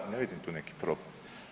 Ne vidim tu neki problem.